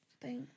Thank